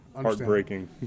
Heartbreaking